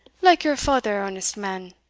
like your father, honest man.